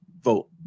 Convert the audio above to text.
vote